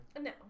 No